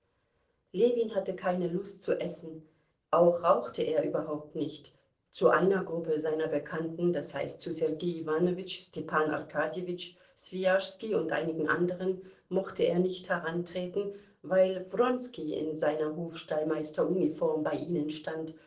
ljewin hatte keine lust zu essen auch rauchte er überhaupt nicht zu einer gruppe seiner bekannten das heißt zu sergei iwanowitsch stepan arkadjewitsch swijaschski und einigen anderen mochte er nicht herantreten weil wronski in seiner hofstallmeister uniform bei ihnen stand